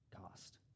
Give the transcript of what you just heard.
cost